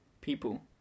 people